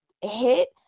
hit